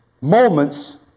moments